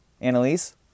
Annalise